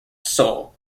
soul